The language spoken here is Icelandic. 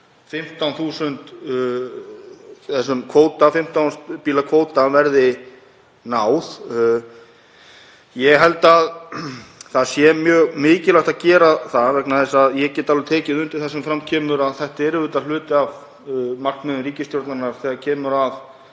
en þessum 15.000 bíla kvóta verði náð. Ég held að það sé mjög mikilvægt að gera það. Ég get alveg tekið undir það sem fram kemur að þetta er auðvitað hluti af markmiðum ríkisstjórnarinnar þegar kemur að